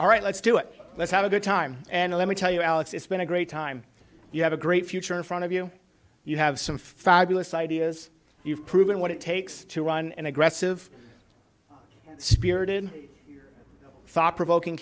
all right let's do it let's have a good time and let me tell you alex it's been a great time you have a great future in front of you you have some fabulous ideas you've proven what it takes to run an aggressive spirited thought provoking